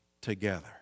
together